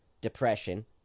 depression